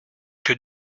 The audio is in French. que